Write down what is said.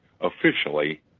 officially